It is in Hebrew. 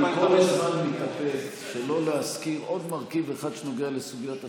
אני כל הזמן מתאפק שלא להזכיר עוד מרכיב אחד שנוגע לסוגיית השכר,